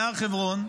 להר חברון,